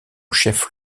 chef